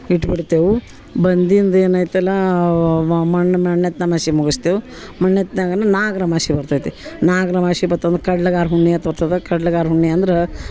ಇಟ್ಬಿಡ್ತೇವೆ ಬಂದಿಂದು ಏನಾಯಿತಲ್ಲ ವಾ ಮಣ್ಣು ಮಣ್ಣೆತ್ನ ಅಮಾಸಿ ಮುಗಿಸ್ತೇವು ಮಣ್ಣೆತ್ತಿನಾಗ ನಾಗನ ಅಮಾಸಿ ಬರ್ತೈತಿ ನಾಗನ ಅಮಾಸಿ ಬಂತ್ ಅಂದ್ರೆ ಕಡ್ಲೆಗಾರ ಹುಣ್ಮೆ ಅಂತ ಬರ್ತದೆ ಕಡ್ಲೆಗಾರ ಹುಣ್ಮೆ ಅಂದ್ರೆ